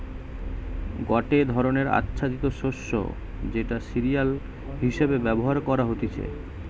গটে ধরণের আচ্ছাদিত শস্য যেটা সিরিয়াল হিসেবে ব্যবহার করা হতিছে